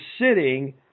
sitting